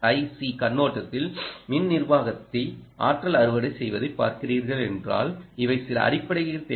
C கண்ணோட்டத்தில் மின் நிர்வாகத்தை ஆற்றல் அறுவடை செய்வதை பார்க்கிறீர்கள் என்றால் இவை சில அடிப்படை தேவைகள்